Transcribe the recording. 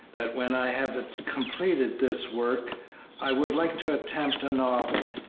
that when i have completed this work i would like to attempt a novel.